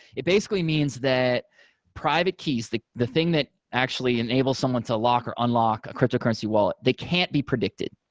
it basically means that private keys, the the thing that actually enables someone to lock or unlock a cryptocurrency wallet, they can't be predicted.